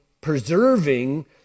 preserving